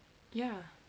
ya